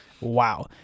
Wow